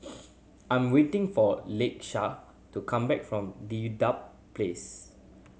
I'm waiting for Lakesha to come back from Dedap Place